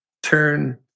turn